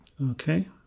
Okay